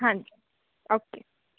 ਹਾਂਜੀ ਓਕੇ